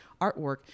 artwork